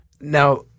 Now